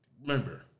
Remember